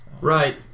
Right